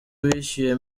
wishyuye